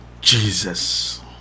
Jesus